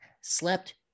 slept